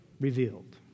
revealed